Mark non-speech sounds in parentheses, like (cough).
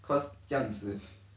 cause 这样子 (breath)